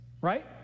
right